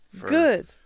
Good